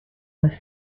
was